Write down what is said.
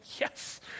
yes